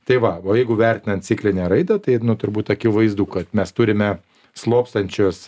tai va o jeigu vertinant ciklinę raidą tai nu turbūt akivaizdu kad mes turime slopstančius